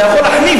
אתה יכול להחליף,